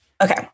Okay